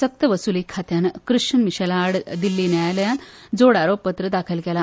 सक्तवसूली खात्यान क्रिश्चन मिशेला आड दिल्ली न्यायालयांत जोड आरोपपत्र दाखल केला